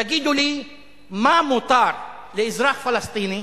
תגידו לי מה מותר לאזרח פלסטיני